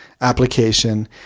application